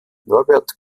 norbert